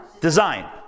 Design